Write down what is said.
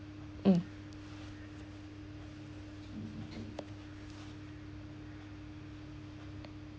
mm